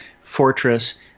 fortress